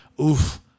Oof